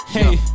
Hey